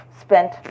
spent